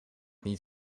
niet